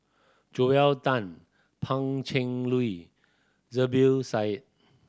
Joel Tan Pan Cheng Lui Zubir Said